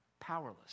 powerless